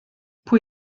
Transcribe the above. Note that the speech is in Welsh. pwy